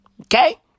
okay